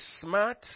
smart